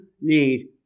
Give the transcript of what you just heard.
need